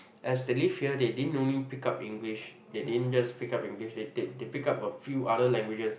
as they live here they didn't only pickup English they didn't just pickup English they they they pickup a few other languages